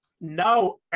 No